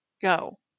Go